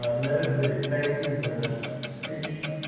um note that it faces a city,